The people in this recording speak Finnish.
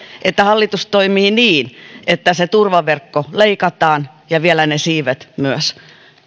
että hallitus toimii niin että se turvaverkko leikataan ja vielä ne siivet myös